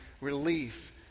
relief